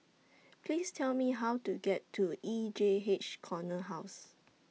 Please Tell Me How to get to E J H Corner House